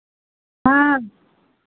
हाँ